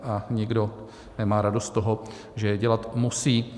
A nikdo nemá radost z toho, že je dělat musí.